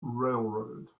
railroad